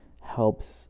helps